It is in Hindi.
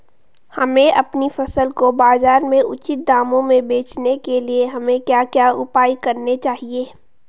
हमें अपनी फसल को बाज़ार में उचित दामों में बेचने के लिए हमें क्या क्या उपाय करने चाहिए?